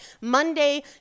Monday